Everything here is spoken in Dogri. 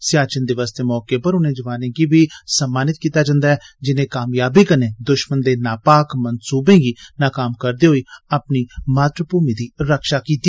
सियाचिन दिवस दे मौके उप्पर उनें जुआनें गी बी सम्मानत कीता जंदा ऐ जिनें कामयाबी कन्नै दुश्मन दे नापाक मंसूबें गी नाकाम करदे होई अपनी मातृभूमि दी रक्षा कीती